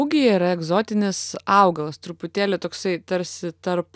ugija yra egzotinis augalas truputėlį toksai tarsi tarp